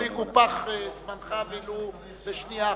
לא יקופח זמנך ולו בשנייה אחת.